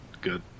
good